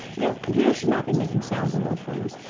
your computer should not be making sounds into the phone.